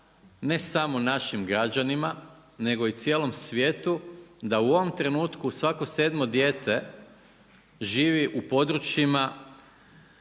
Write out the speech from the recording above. ne samo našim građanima nego i cijelom svijetu da u ovom trenutku svako 7 dijete, živi u područjima